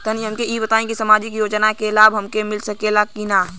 तनि हमके इ बताईं की सामाजिक योजना क लाभ हमके मिल सकेला की ना?